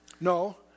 No